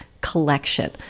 collection